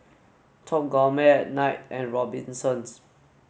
Top Gourmet Knight and Robinsons